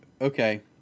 Okay